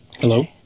Hello